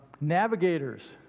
Navigators